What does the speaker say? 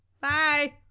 Bye